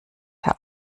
herr